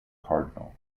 cardinal